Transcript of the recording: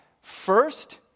first